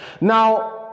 now